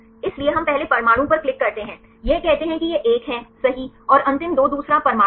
इसलिए हम पहले परमाणु पर क्लिक करते हैं यह कहते हैं कि यह एक है सही और अंतिम 2 दूसरा परमाणु है